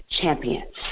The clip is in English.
champions